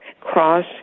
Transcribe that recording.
cross